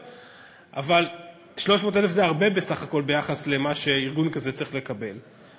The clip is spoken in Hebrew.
אבל 300,000 זה הרבה בסך הכול ביחס למה שארגון כזה צריך לקבל,